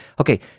Okay